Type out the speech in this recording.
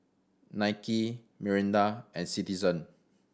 Nike Mirinda and Citizen